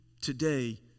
today